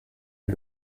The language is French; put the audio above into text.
est